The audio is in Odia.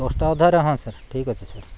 ଦଶଟା ଅଧାରେ ହଁ ସାର୍ ଠିକ୍ ଅଛି ସାର୍